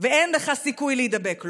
ואין לך סיכוי להידבק.